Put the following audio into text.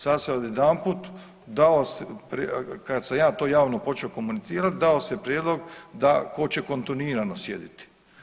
Sad se odjedanput dao se, kad sam ja to javno počeo komunicirati, dao se prijedlog da tko će kontinuirano sjediti.